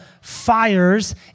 fires